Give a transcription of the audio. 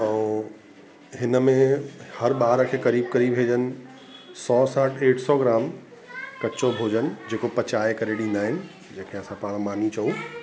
ऐं हिन में हर ॿार खे क़रीबु क़रीबु इहे जन सौ सां ॾेढ सौ ग्राम कचो भोॼन जेको पचाए करे ॾींदा आहिनि जेके असां पाणि मानी चऊं